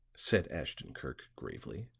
said ashton-kirk gravely,